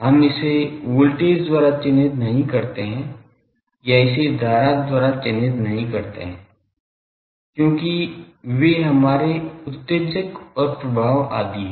हम इसे वोल्टेज द्वारा चिह्नित नहीं करते हैं या इसे धारा द्वारा चिह्नित नहीं करते हैं क्योंकि वे हमारे उत्तेजक और प्रभाव आदि हैं